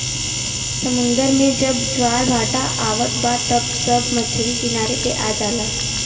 समुंदर में जब ज्वार भाटा आवत बा त सब मछरी किनारे पे आ जाला